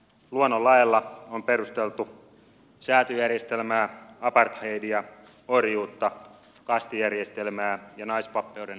luonnonlaeilla on perusteltu säätyjärjestelmää apartheidia orjuutta kastijärjestelmää ja naispappeuden estämistä